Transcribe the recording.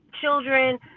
children